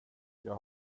jag